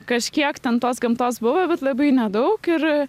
kažkiek ten tos gamtos buvo bet labai nedaug ir